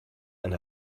eine